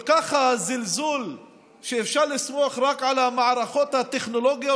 עד כדי כך הזלזול שאפשר לסמוך רק על המערכות הטכנולוגיות,